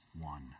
one